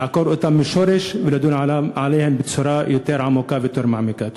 לעקור אותם מהשורש ולדון בהם בצורה יותר עמוקה ויותר מעמיקה.